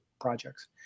projects